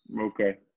okay